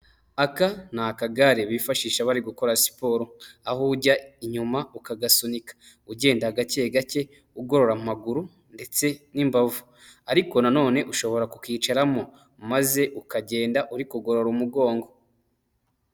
Aka ni akagare bifashisha bari gukora siporo aho ujya inyuma ukagasunika ugenda gake gake ugorora amaguru ndetse n'imbavu, ariko nanone ushobora kukicaramo maze ukagenda uri kugorora umugongo.